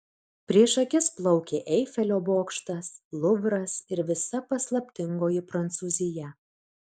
prieš akis plaukė eifelio bokštas luvras ir visa paslaptingoji prancūzija